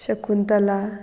Shakuntala